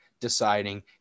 deciding